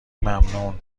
ممنون